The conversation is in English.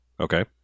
Okay